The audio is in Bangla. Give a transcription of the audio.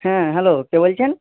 হ্যাঁ হ্যালো কে বলছেন